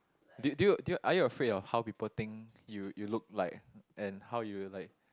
do do do you are you afraid of how people think you you look like and how you like